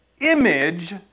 image